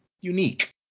unique